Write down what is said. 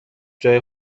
جای